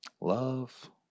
Love